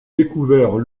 découvert